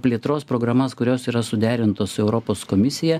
plėtros programas kurios yra suderintos su europos komisija